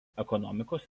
ekonomikos